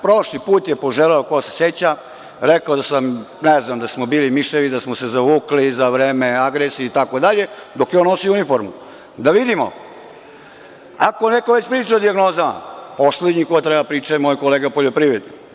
Prošli put je poželeo, neko se seća, rekao je da smo bili miševi, da smo se zavukli za vreme agresije itd. dok je on nosio uniformu, da vidimo da ako neko ko već priča o dijagnozama, poslednji koji treba da priča jeste moj kolega poljoprivrednik.